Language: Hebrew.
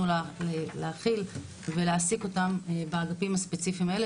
להכיל ולהעסיק אותם באגפים הספציפיים האלה,